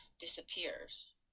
disappears